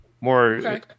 more